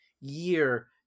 year